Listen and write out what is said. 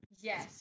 Yes